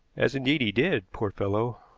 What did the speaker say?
as, indeed, he did, poor fellow!